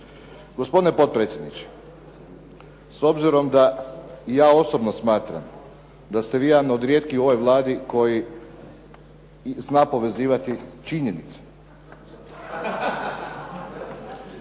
Gospodine potpredsjedniče, s obzirom da i ja osobno smatram da ste vi jedan od rijetkih u ovoj Vladi koji zna povezivati činjenice.